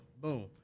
boom